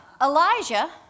Elijah